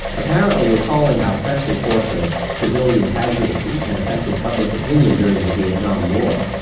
apparently recalling how press reports of civilian casualties had affected public opinion during the vietnam war,